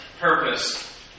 purpose